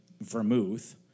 vermouth